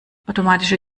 automatische